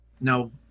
no